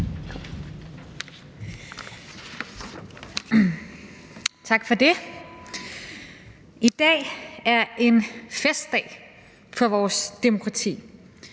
Tak for det. I dag er en festdag for vores demokrati.